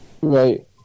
right